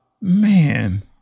Man